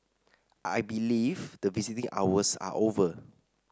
I believe that visiting hours are over